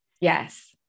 Yes